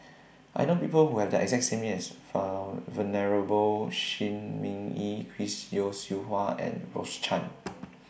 I know People Who Have The exact same name as file Venerable Shi Ming Yi Chris Yeo Siew Hua and Rose Chan